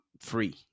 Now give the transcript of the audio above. free